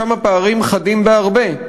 שם הפערים חדים בהרבה.